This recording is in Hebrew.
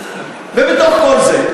ובתוך כל זה,